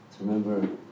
remember